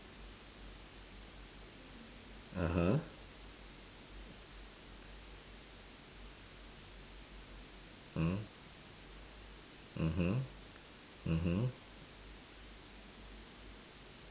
(uh huh) mm mmhmm mmhmm